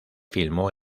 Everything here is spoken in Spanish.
filmó